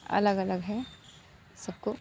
अलग अलग है सबको